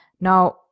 Now